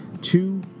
Two